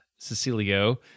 Cecilio